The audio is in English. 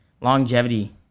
longevity